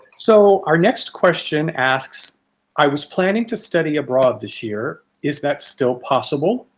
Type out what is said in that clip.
so our next question asks i was planning to study abroad this year, is that still possible?